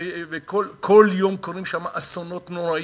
וכל יום קורים שם אסונות נוראים,